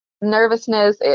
nervousness